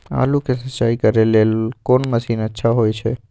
आलू के सिंचाई करे लेल कोन मसीन अच्छा होय छै?